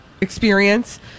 experience